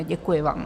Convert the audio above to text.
Děkuji vám.